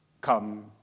come